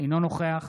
אינו נוכח